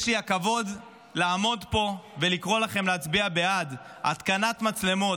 יש לי הכבוד לעמוד פה ולקרוא לכם להצביע בעד התקנת מצלמות